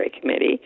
Committee